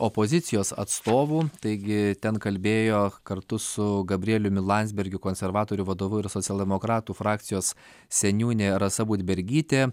opozicijos atstovų taigi ten kalbėjo kartu su gabrieliumi landsbergiu konservatorių vadovu ir socialdemokratų frakcijos seniūnė rasa budbergytė